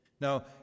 Now